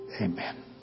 Amen